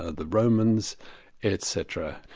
ah the romans etc.